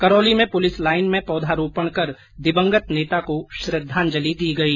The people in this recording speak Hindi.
करौली में पुलिस लाइन में पौधारोपण कर दिवंगत नेता को श्रद्दांजलि दी गई